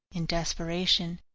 in desperation,